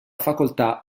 facoltà